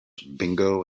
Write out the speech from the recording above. bingo